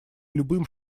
любым